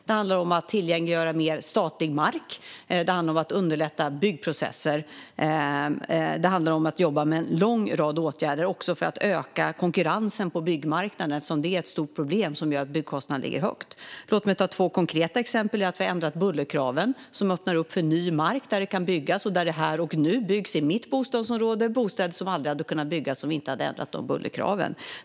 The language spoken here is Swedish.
Det handlar om att tillgängliggöra mer statlig mark. Det handlar om att underlätta byggprocesser. Det handlar om att jobba med en lång rad åtgärder för att öka konkurrensen på byggmarknaden. Det är ett stort problem som gör att byggkostnaderna är höga. Låt mig ta två konkreta exempel. Vi har ändrat bullerkraven, vilket öppnar upp ny mark där det kan byggas. I mitt bostadsområde byggs här och nu bostäder som aldrig hade kunnat byggas om vi inte hade ändrat bullerkraven.